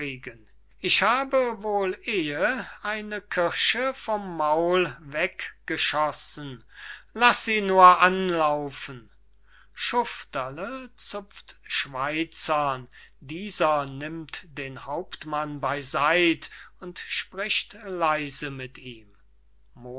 ich habe wohl ehe eine kirsche vom maul weggeschossen laß sie nur anlaufen schufterle zupft schweizern dieser nimmt den hauptmann beyseit und spricht leise mit ihm